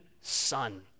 son